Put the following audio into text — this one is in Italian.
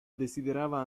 desiderava